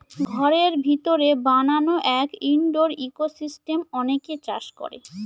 ঘরের ভিতরে বানানো এক ইনডোর ইকোসিস্টেম অনেকে চাষ করে